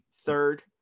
third